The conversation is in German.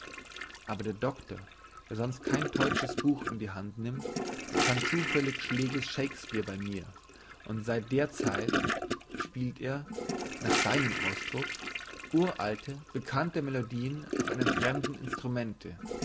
aber der doktor der sonst kein teutsches buch in die hand nimmt fand zufällig schlegels shakespeare bei mir und seit der zeit spielt er nach seinem ausdruck uralte bekannte melodien auf einem fremden instrumente